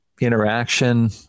interaction